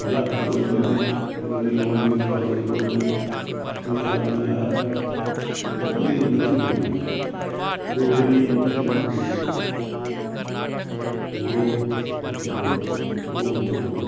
बजारतां डोगरी च होंदियां ओलनी मोलनी दरवाजै च खोलनी तूं चल में आया एह् बड़ी मिट्ठी बोल्ली ऐ डोगरी ऐ मिट्ठड़ें दी बोल्ली लोग मिट्ठे लोग मिट्ठे डोगरे